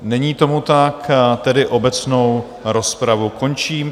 Není tomu tak, tedy obecnou rozpravu končím.